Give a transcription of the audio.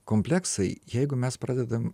kompleksai jeigu mes pradedam